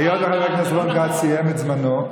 היות שחבר הכנסת רון כץ סיים את זמנו,